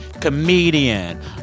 comedian